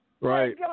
Right